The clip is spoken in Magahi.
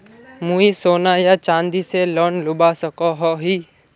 मुई सोना या चाँदी से लोन लुबा सकोहो ही?